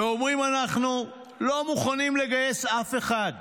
ואומרת: אנחנו לא מוכנים לגייס אף אחד,